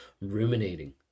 ruminating